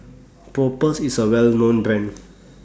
Propass IS A Well known Brand